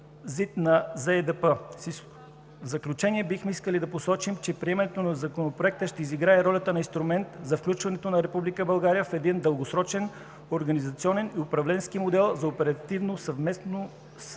подпис. В заключение, бихме искали да посочим, че приемането на Законопроекта ще изиграе ролята на инструмент за включването на Република България в един дългосрочен организационен и управленски модел за оперативно съвместима